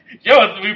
Yo